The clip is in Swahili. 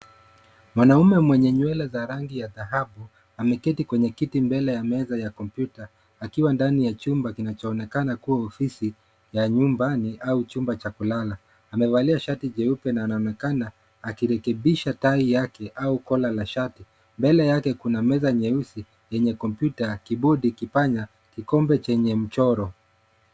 Mwanaume mwenye nywele za rangi ya dhahabu ameketi kwenye kiti mbele ya kompyuta akiwa ndani ya chumba kinachoonekana kuwa ofisi ya nyumbani au chumba cha kulala. Amevalia shati jeupe na anaonekana alirekebisha tie yake au collar la shati. Mbele yake kuna meza nyeusi yenye kompyuta, kibodi, kipanya, kikombe chenye mchoro.